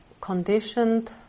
conditioned